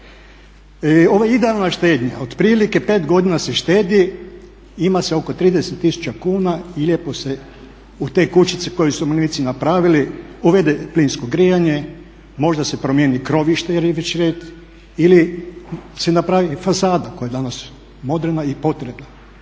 Ovo je idealna štednja, otprilike 5 godina se štedi, ima se oko 30 tisuća kuna i lijepo se u te kućice koju su umirovljenici napravili uvede plinsko grijanje, možda se promijeni krovište jer je već red ili se napravi fasada koja je danas moderna i potrebna.